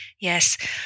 Yes